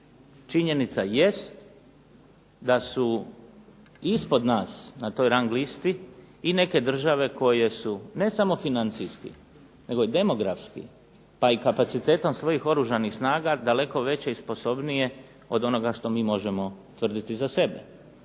Činjenica jest da su ispod nas na rang listi i neke države koje su ne samo financijski, nego i demografski, pa i kapacitetom svojih Oružanih snaga daleko veće i sposobnije od onoga što mi možemo tvrditi za sebe.